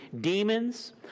demons